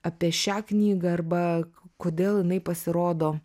apie šią knygą arba kodėl jinai pasirodo